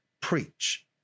preach